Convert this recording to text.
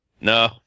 No